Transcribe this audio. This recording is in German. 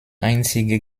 einzige